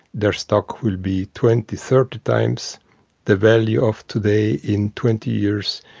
their stock will be twenty, thirty times the value of today in twenty years.